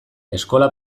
eskola